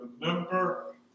Remember